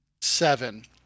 seven